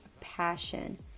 passion